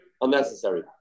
Unnecessary